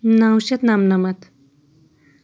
نو شیٚتھ نَمہٕ نَمَتھ